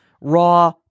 raw